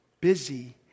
busy